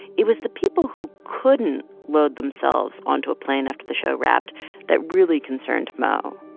it was the people who couldn't load themselves onto a plane after the show wrapped that really concerned mo.